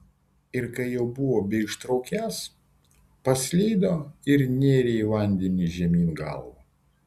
ir kai jau buvo beištraukiąs paslydo ir nėrė į vandenį žemyn galva